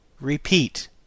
repeat